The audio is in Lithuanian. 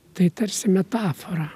tai tarsi metafora